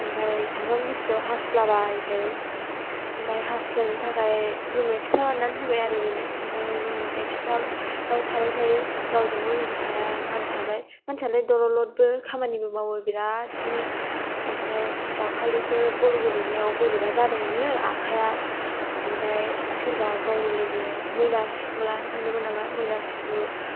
ओमफ्राय सानफ्रामबो बिसिनायाव हासुलाबाय थायो ओमफ्राय हासुनायनि थाखाय रुम एक्सट्रा बानायनानै होबाय आरो बिनो ओमफ्राय रुम एक्सट्रायाव थाबाय थायो रावजोंबो उन्दुफाया मानसियालाय मानसियालाय दलद लदबो खामानिबो मावो बिरादनो ओमफ्रा दाखालिसो बल गेलेनायाव बोरैबा जादोंनो आखाइया ओमफ्राय सोरबा गावनि लोगो मैना सु लानानै थांदोंमोन नामा मैना सु